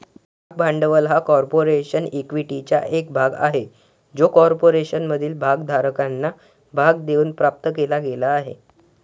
भाग भांडवल हा कॉर्पोरेशन इक्विटीचा एक भाग आहे जो कॉर्पोरेशनमधील भागधारकांना भाग देऊन प्राप्त केला गेला आहे